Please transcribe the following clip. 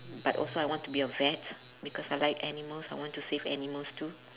but also I want to be a vet because I like animals I want to save animals too